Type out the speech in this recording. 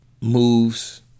moves